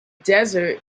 desert